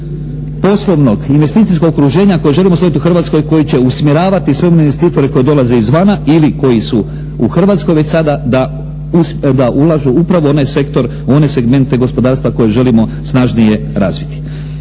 poslovnog investicijskog okruženja koji želimo stvoriti u Hrvatskoj, koji će usmjeravati sve one investitore koji dolaze izvana ili koji su u Hrvatskoj već sada da ulažu upravo u onaj sektor, u one segmente gospodarstva koje želimo snažnije razviti.